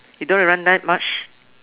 you don't even like much